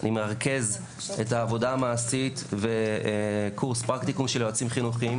אני מרכז את העבודה המעשית וקורס פרקטיקה של יועצים חינוכיים,